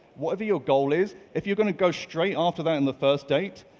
whatever your goal is, if you're going to go straight after that in the first date,